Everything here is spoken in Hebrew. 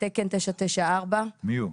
תקן 994. מי הוא?